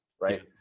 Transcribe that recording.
right